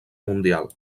mundial